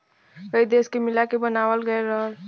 कई देश के मिला के बनावाल गएल रहल